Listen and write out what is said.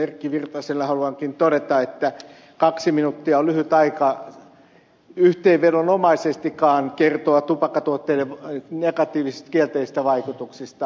erkki virtaselle haluankin todeta että kaksi minuuttia on lyhyt aika yhteenvedonomaisestikaan kertoa tupakkatuotteiden negatiivisista kielteisistä vaikutuksista